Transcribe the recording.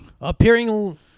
appearing